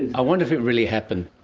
i wonder if it really happened.